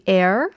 air